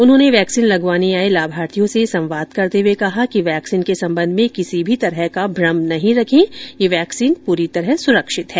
उन्होंने वैक्सीन लगवाने आए लाभार्थियों से संवाद करते हुए कहा कि वैक्सीन के संबंध में किसी प्रकार का भ्रम नहीं रखें यह वैक्सीन पूरी तरह सुरक्षित है